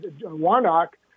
Warnock